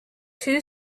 two